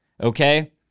okay